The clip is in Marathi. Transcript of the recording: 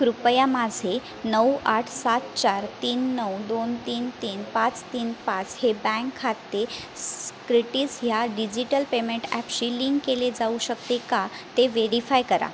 कृपया माझे नऊ आठ सात चार तीन नऊ दोन तीन तीन पाच तीन पाच हे बँक खाते स्क्रिटीज ह्या डिजिटल पेमेंट ॲपशी लिंक केले जाऊ शकते का ते व्हेरीफाय करा